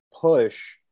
push